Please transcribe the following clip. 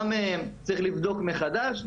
מה מהן צריך לבדוק מחדש,